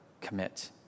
commit